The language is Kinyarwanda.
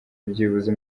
byibuze